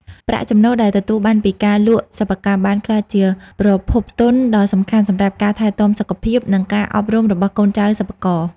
ប្រាក់ចំណូលដែលទទួលបានពីការលក់សិប្បកម្ម បានក្លាយជាប្រភពទុនដ៏សំខាន់សម្រាប់ការថែទាំសុខភាព និងការអប់រំរបស់កូនចៅសិប្បករ។